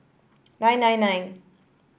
nine nine nine